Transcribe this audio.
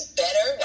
better